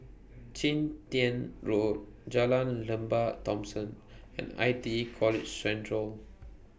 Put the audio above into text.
Chun Tin Road Jalan Lembah Thomson and I T E College Central